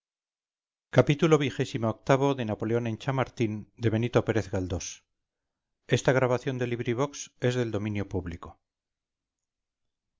xxvii xxviii xxix napoleón en chamartín de benito pérez galdós